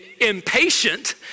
impatient